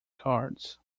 cards